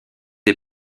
est